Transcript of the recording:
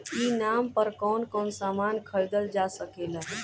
ई नाम पर कौन कौन समान खरीदल जा सकेला?